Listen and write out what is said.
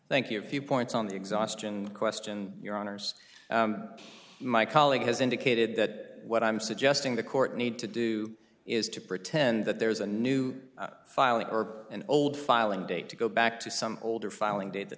thank you viewpoints on the exhaustion question your honour's my colleague has indicated that what i'm suggesting the court need to do is to pretend that there is a new filing or an old filing date to go back to some older filing date